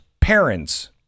parents